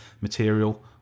material